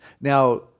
Now